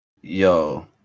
Yo